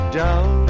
down